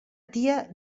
tia